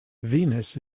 venus